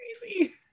Crazy